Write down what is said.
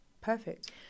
perfect